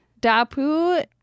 Dapu